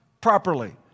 properly